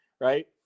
right